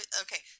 okay